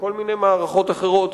וכל מיני מערכות אחרות,